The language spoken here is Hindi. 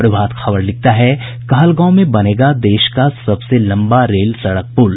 प्रभात खबर लिखता है कहलगांव में बनेगा देश का सबसे लम्बा रेल सड़क पुल